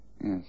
Yes